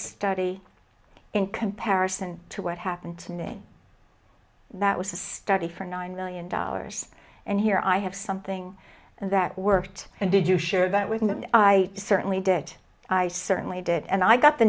study in comparison to what happened to me that was a study for nine million dollars and here i have something that worked and did you share that with them and i certainly did i certainly did and i got the